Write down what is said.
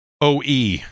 OE